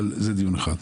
אבל זה דיון אחד.